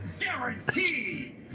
Guaranteed